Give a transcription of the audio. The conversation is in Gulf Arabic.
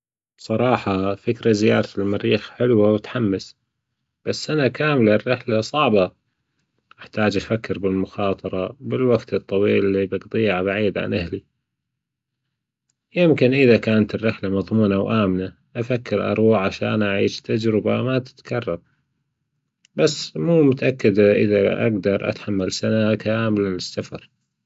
بصراحة فكرة زيارة المريخ حلوة ومتحمس، السنة كاملة الرحلة صعبة، أحتاج أفكر بالمخاطرة بالوجت الطويل اللي بأقضيه بعيد عن أهلي، يمكن إذا كانت الرحلة مضمونة وآمنة أفكر أروح عشان أعيش تجربة ما تتكرر بس مو متأكد إذا أجدر أتحمل سنة كاملة للسفر.